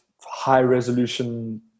high-resolution